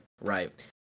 right